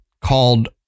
called